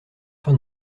fin